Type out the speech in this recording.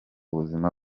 buzima